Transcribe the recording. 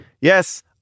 Yes